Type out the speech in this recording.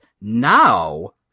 Now